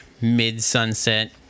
mid-sunset